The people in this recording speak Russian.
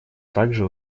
также